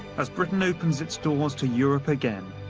as britain opens its doors to europe again,